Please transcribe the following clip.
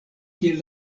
kiel